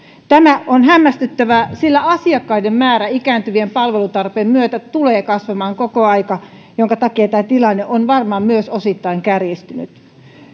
tämä on hämmästyttävää sillä asiakkaiden määrä ikääntyvien palvelutarpeen myötä tulee kasvamaan koko ajan minkä takia varmaan myös osittain tämä tilanne on kärjistynyt